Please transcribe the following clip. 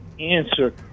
answer